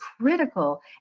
critical